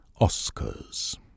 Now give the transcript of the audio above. Oscars